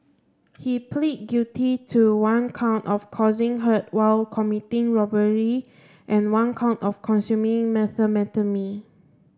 he plead guilty to one count of causing hurt while committing robbery and one count of consuming methamphetamine